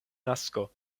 nasko